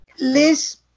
Liz